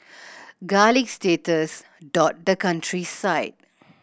garlic status dot the countryside